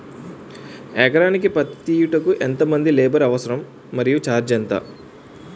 ఎకరానికి పత్తి తీయుటకు ఎంత మంది లేబర్ అవసరం? మరియు ఛార్జ్ ఎంత?